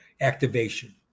activation